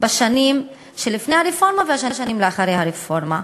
בשנים שלפני הרפורמה ובשנים שאחרי הרפורמה,